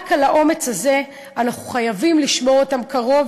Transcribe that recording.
רק על האומץ הזה אנחנו חייבים לשמור אותן קרוב